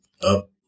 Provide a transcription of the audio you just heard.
up